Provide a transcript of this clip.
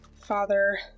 father